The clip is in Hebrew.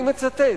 אני מצטט: